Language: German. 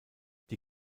die